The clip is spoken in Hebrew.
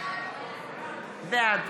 בעד